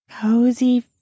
cozy